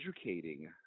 educating